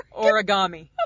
Origami